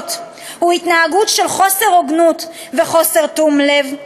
הוא התנהגות של חוסר הוגנות וחוסר תום לב,